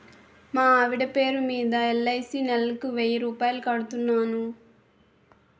మా ఆవిడ పేరు మీద ఎల్.ఐ.సి నెలకు వెయ్యి రూపాయలు కడుతున్నాను